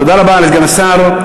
תודה רבה לסגן השר.